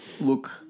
look